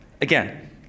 again